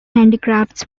handicrafts